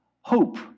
hope